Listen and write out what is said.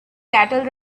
cattle